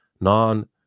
non-